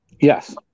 Yes